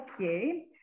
okay